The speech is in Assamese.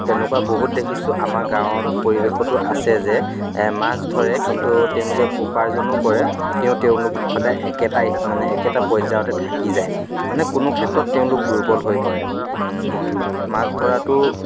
তেনেকুৱা বহুত দেখিছোঁ আমাৰ গাঁৱৰ পৰিৱেশতো আছে যে মাছ ধৰে কিন্তু তেওঁলোকে উপাৰ্জনো কৰে তেও তেওঁলোক সদায় একেটাই মানে একেটা পৰ্যায়তে থাকি যায় মানে কোনো ক্ষেত্ৰত তেওঁলোক দুৰ্বল হৈ পৰে মাছ ধৰাতো